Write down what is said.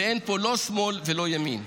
ואין פה לא שמאל ולא ימין.